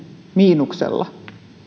miinuksella